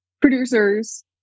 producers